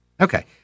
Okay